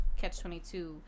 Catch-22